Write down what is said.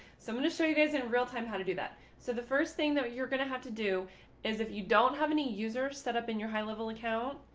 so i'm going to show you this in real time. how to do that. so the first thing that you're going to have to do is if you don't have any user set up in your highlevel account,